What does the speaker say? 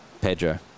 Pedro